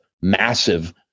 massive